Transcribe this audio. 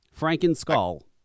Franken-skull